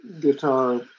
guitar